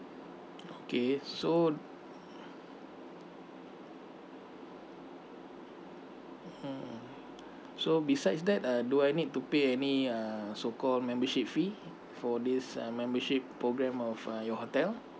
okay so um so besides that uh do I need to pay any uh so called membership fee for this uh membership program of uh your hotel